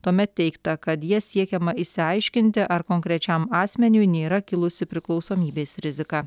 tuomet teigta kad ja siekiama išsiaiškinti ar konkrečiam asmeniui nėra kilusi priklausomybės rizika